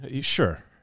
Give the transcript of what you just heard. Sure